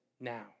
now